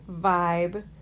vibe